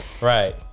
right